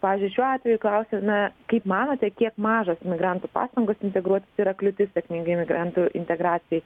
pavyzdžiui šiuo atveju klausėme kaip manote kiek mažos imigrantų pastangos integruotis yra kliūtis sėkmingai imigrantų integracijai